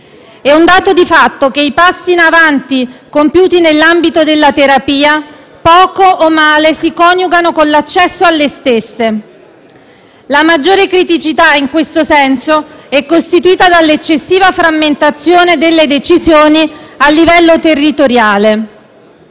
È un dato di fatto che i passi in avanti compiuti nell'ambito delle terapie poco o mal si coniugano con l'accesso alle stesse. La maggiore criticità, in questo senso, è costituita dall'eccessiva frammentazione delle decisioni a livello territoriale.